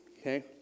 Okay